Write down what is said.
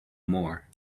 more